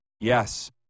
Yes